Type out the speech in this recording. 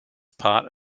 part